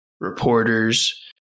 reporters